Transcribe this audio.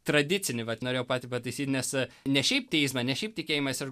tradicinį vat norėjau patį pataisyti nes a ne šiaip teismą ne šiaip tikėjimais ir